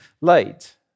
light